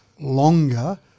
longer